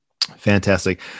fantastic